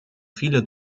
viele